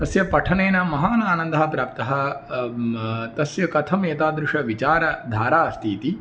तस्य पठनेन महानानन्दः प्राप्तः तस्य कथम् एतादृशा विचारधारा अस्ति इति